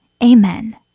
Amen